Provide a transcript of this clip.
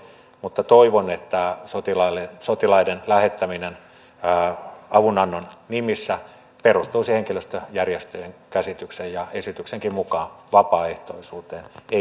mutta toivon että sotilaiden lähettäminen avunannon nimissä perustuisi henkilöstöjärjestöjen käsityksen ja esityksenkin mukaan vapaaehtoisuuteen ei pakkoon